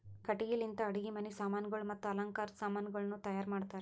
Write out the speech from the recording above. ಕಟ್ಟಿಗಿ ಲಿಂತ್ ಅಡುಗಿ ಮನಿ ಸಾಮಾನಗೊಳ್ ಮತ್ತ ಅಲಂಕಾರದ್ ಸಾಮಾನಗೊಳನು ತೈಯಾರ್ ಮಾಡ್ತಾರ್